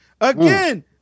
Again